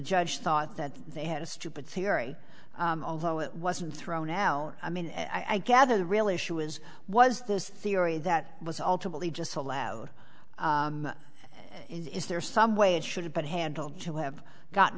judge thought that they had a stupid theory although it wasn't thrown out i mean i gather the real issue is was this theory that was ultimately just allowed is there some way it should have been handled to have gotten